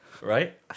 right